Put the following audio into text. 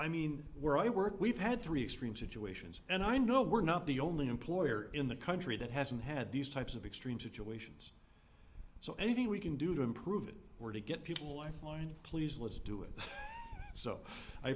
i mean we're at work we've had three extreme situations and i know we're not the only employer in the country that hasn't had these types of extreme situations so anything we can do to improve or to get people lifeline please let's do it so i